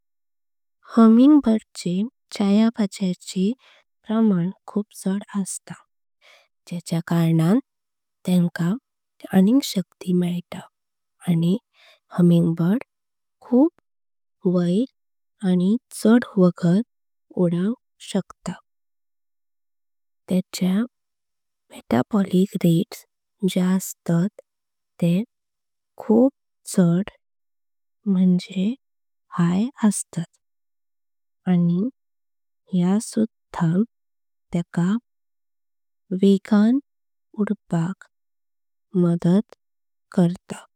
हमिंगबर्ड ची छायापाच्या प्रमान खूप चड असता। ज्याच्य काऱणान तेंका आणि शाक्ति मेळता आनी ते। खूप आनी चड वागत आनी खूप वैर उडोंक शाक्तात। तेंचें मेटाबॉलिक रेट्स जे असतात ते खूप हाई असतात। आनी या सुधा तकां वेगान उडपाक मदत करता।